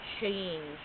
change